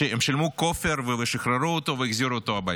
שילמו כופר, שחררו אותו והחזירו הביתה.